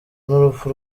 n’urupfu